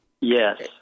Yes